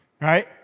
right